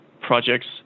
projects